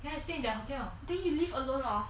ya I stay in the hotel then you live alone or